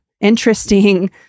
interesting